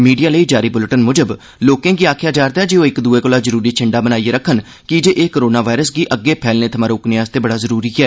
media लेई जारी bulletin मुजब लोकें गी आखेआ जा'रदा ऐ जे ओह् इक दुए कोला जरूरी छिंडा बनाई रक्खन कीजे एह् कोरोना वायरस गी अग्गे फैलने थमां रोकने लेई बड़ा जरूरी ऐ